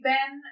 Ben